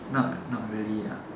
not not really lah